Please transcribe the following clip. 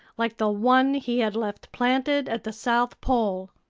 like the one he had left planted at the south pole.